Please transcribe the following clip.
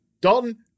Dalton